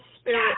spirit